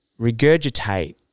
regurgitate